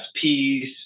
peace